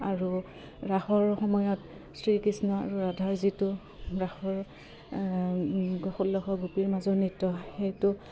আৰু ৰাসৰ সময়ত শ্ৰীকৃষ্ণ আৰু ৰাধাৰ যিটো ৰাসৰ ষোল্লশ গোপীৰ মাজৰ নৃত্য সেইটো